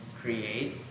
create